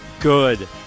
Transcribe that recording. good